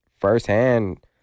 firsthand